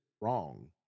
wrong